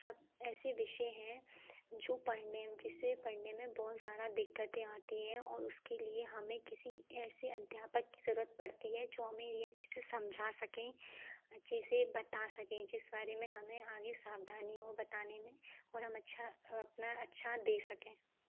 सब ऐसे विषय है जो पढ़ने में जिसे पढ़ने में बहुत सारी दिक्कतें आती है और उसके लिए हमें किसी ऐसे अध्यापक की ज़रूरत पड़ती है जो हमें ये अच्छे से समझा सके अच्छे से बता सके जिस बारे में हमें आगे सावधानी हो बताने में और हम अच्छा अपना अच्छा दें सकें